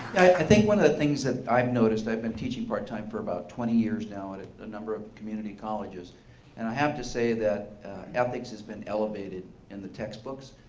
i think one of the things that i've noticed, i've been teaching part time for about twenty years now and ah ah number of community colleges. and i have to say that ethics has been elevated in the textbooks.